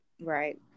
Right